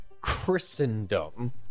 Christendom